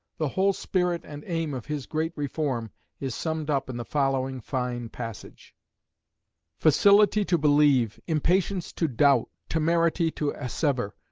the whole spirit and aim of his great reform is summed up in the following fine passage facility to believe, impatience to doubt, temerity to assever,